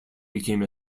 became